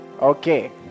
Okay